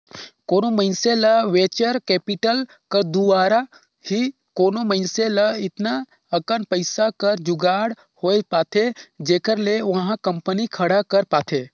कोनो मइनसे ल वेंचर कैपिटल कर दुवारा ही कोनो मइनसे ल एतना अकन पइसा कर जुगाड़ होए पाथे जेखर ले ओहा कंपनी खड़ा कर पाथे